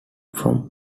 from